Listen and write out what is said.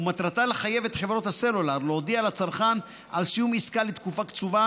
ומטרתה לחייב את חברות הסלולר להודיע על סיום עסקה לתקופה קצובה